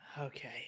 Okay